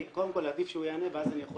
קודם כל עדיף שהוא יענה ואז אני יכול